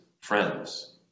friends